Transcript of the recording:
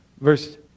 Verse